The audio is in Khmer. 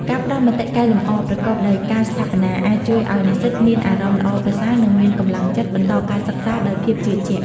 ការផ្តល់មតិកែលម្អប្រកបដោយការស្ថាបនាអាចជួយឱ្យនិស្សិតមានអារម្មណ៍ល្អប្រសើរនិងមានកម្លាំងចិត្តបន្តការសិក្សាដោយភាពជឿជាក់។